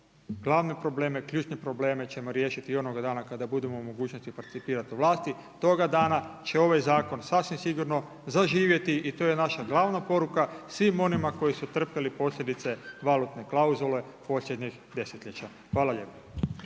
glavne probleme, ključne probleme ćemo riješiti i onoga dana kada budemo u mogućnosti .../Govornik se ne razumije./... u vlasti, toga dana će ovaj zakon sasvim sigurno zaživjeti. I to je naša glavna poruka svim onima koji su trpjeli posljedice valutne klauzule posljednjih desetljeća. Hvala lijepa.